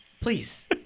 Please